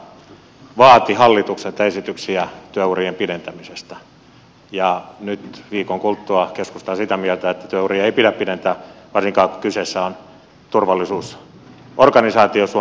viikko sitten keskusta vaati hallitukselta esityksiä työurien pidentämisestä ja nyt viikon kuluttua keskusta on sitä mieltä että työuria ei pidä pidentää varsinkaan kun kyseessä on turvallisuusorganisaatio suomen poliisi